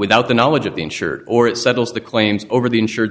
without the knowledge of the insured or it settles the claims over the insurance